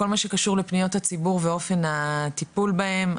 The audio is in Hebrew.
כל מה שקשור לפניות הציבור ואופן הטיפול בהם,